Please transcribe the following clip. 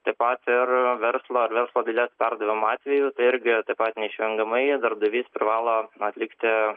taip pat ir verslo ar verslo dalies perdavimo atveju tai irgi taip pat neišvengiamai darbdavys privalo atlikti